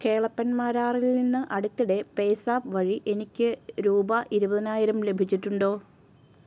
കേളപ്പൻ മാരാറിൽ നിന്ന് അടുത്തിടെ പേയ്സാപ്പ് വഴി എനിക്ക് രൂപ ഇരുപതിനായിരം ലഭിച്ചിട്ടുണ്ടോ